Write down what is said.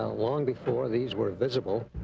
ah long before these were visible.